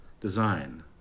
design